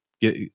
get